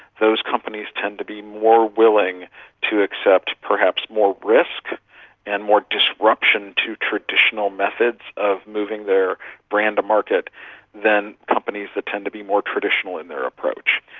those companies tend to be more willing to accept perhaps more risk and more disruption to traditional methods of moving their brand to market than companies that tend to be more traditional in their approach.